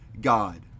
God